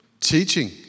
teaching